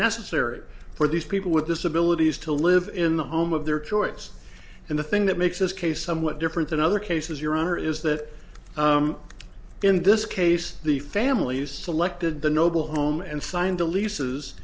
necessary for these people with disabilities to live in the home of their choice and the thing that makes this case somewhat different than other cases your honor is that in this case the families selected the noble home and signed the leases